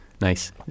nice